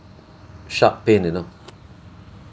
sharp pain you know